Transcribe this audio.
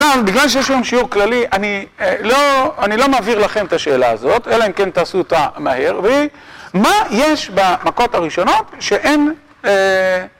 טוב, בגלל שיש לנו שיעור כללי, אני לא מעביר לכם את השאלה הזאת, אלא אם כן תעשו אותה מהר, והיא מה יש במכות הראשונות שאין...